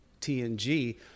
TNG